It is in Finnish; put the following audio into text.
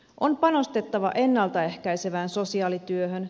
on panostettava ennalta ehkäisevään sosiaalityöhön